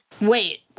Wait